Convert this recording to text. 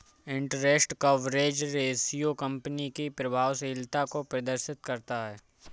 interest coverage ratio company की प्रभावशीलता को प्रदर्शित करता है